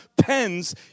pens